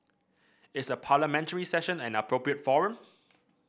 is a Parliamentary Session an appropriate forum